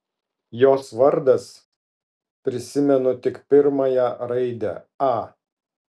jos vardas prisimenu tik pirmąją raidę a